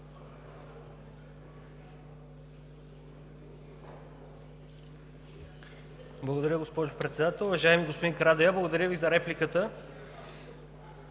Благодаря, госпожо Председател. Уважаеми господин Карадайъ, благодаря Ви за репликата.